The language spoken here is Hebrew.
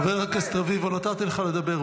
חבר הכנסת רביבו, נתתי לך לדבר.